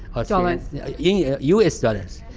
ah dollars? yeah us dollars,